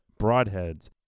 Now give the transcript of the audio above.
Broadheads